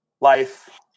life